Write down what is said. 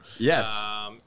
Yes